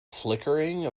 flickering